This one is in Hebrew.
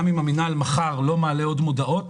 גם אם המינהל לא יעלה ממחר עוד הודעות,